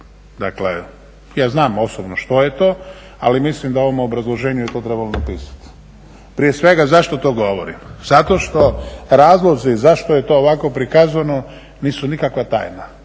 Dakle, ja znam osobno što je to ali mislim da u ovom obrazloženju je to trebalo napisati. Zašto to govorim? Zato što razlozi zašto je to ovako prikazano nisu nikakva tajna.